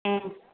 ꯎꯝ